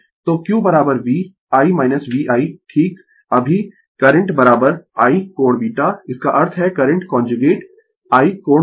तो Q V ' i VI ' ठीक अभी करंट I कोण β इसका अर्थ है करंट कांजुगेट I कोण होगा